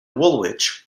woolwich